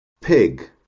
Pig